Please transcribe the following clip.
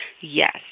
Yes